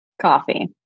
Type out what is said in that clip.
Coffee